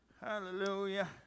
Hallelujah